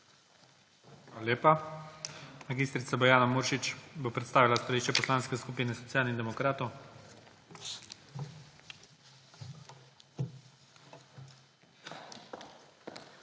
lepa. Mag. Bojana Muršič bo predstavila stališče Poslanske skupine Socialnih demokratov.